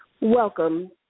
Welcome